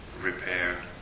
repair